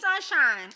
sunshine